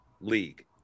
league